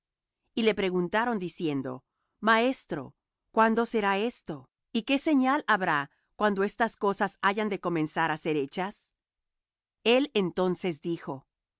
y le preguntaron diciendo maestro cuándo será esto y qué señal habrá cuando estas cosas hayan de comenzar á ser hechas el entonces dijo